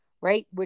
right